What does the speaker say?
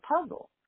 puzzle